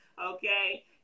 Okay